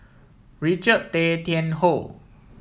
Richard Tay Tian Hoe